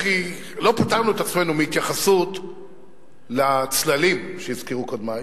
לא פטרנו את עצמנו מהתייחסות לצללים שהזכירו קודמי.